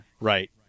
Right